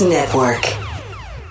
Network